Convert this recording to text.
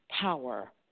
power